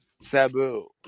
Sabu